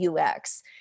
UX